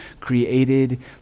created